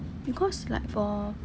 because like for